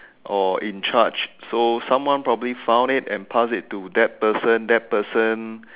or in charge so someone probably found it and passed it to that person that person